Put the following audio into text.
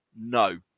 No